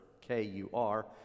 K-U-R